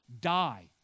Die